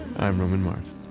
i'm roman mars